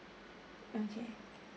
okay